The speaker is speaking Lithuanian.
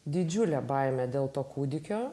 didžiulė baimė dėl to kūdikio